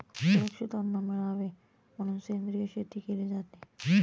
सुरक्षित अन्न मिळावे म्हणून सेंद्रिय शेती केली जाते